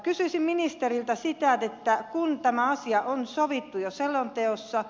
kysyisin ministeriltä kun tämä asia on sovittu jo selonteossa